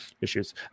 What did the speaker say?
issues